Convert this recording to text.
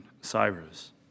Cyrus